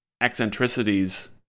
eccentricities